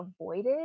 avoided